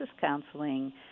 counseling